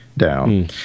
down